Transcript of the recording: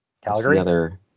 calgary